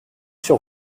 sur